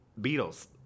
Beatles